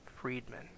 Friedman